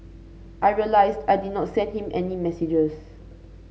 I realised I did not send him any messages